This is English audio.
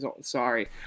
Sorry